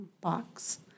box